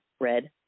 red